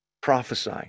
prophesy